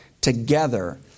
together